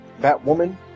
Batwoman